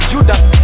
Judas